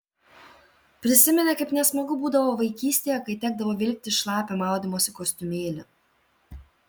prisiminė kaip nesmagu būdavo vaikystėje kai tekdavo vilktis šlapią maudymosi kostiumėlį